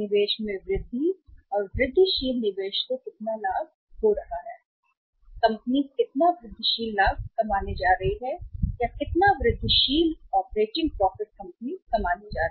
निवेश में वृद्धि या वृद्धिशील निवेश से कितना लाभ हो रहा है वहाँ होने के लिए कंपनी को कितना वृद्धिशील लाभ कमाने जा रहा है कितना वृद्धिशील ऑपरेटिंग प्रॉफिट कंपनी कमाने जा रही है